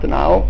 now